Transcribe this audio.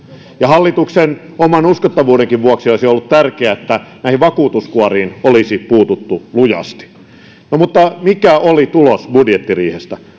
ja hallituksen oman uskottavuudenkin vuoksi olisi ollut tärkeätä että näihin vakuutuskuoriin olisi puututtu lujasti mutta mikä oli tulos budjettiriihestä